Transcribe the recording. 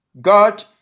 God